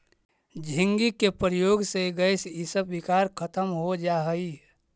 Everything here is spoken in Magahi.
झींगी के प्रयोग से गैस इसब विकार खत्म हो जा हई